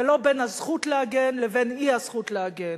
זה לא בין הזכות להגן לבין האי-זכות להגן.